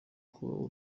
kuba